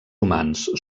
humans